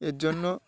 এর জন্য